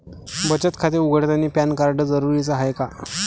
बचत खाते उघडतानी पॅन कार्ड जरुरीच हाय का?